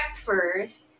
first